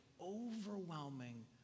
overwhelming